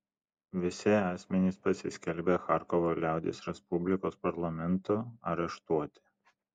visi asmenys pasiskelbę charkovo liaudies respublikos parlamentu areštuoti